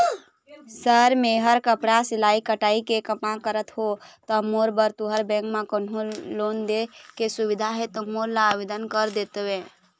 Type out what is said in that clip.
Sir मेहर कपड़ा सिलाई कटाई के कमा करत हों ता मोर बर तुंहर बैंक म कोन्हों लोन दे के सुविधा हे ता मोर ला आवेदन कर देतव?